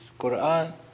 quran